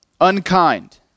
unkind